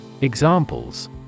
Examples